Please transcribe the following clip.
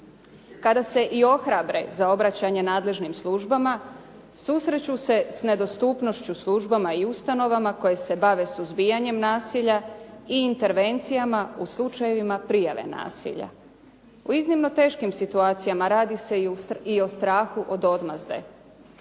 Kada se i ohrabre za obraćanje nadležnim službama, susreću se s nedostupnošću službama i ustanovama koje se bave suzbijanjem nasilja i intervencijama u slučajevima prijave nasilja. U iznimno teškim situacijama radi se i o strahu od odmazde.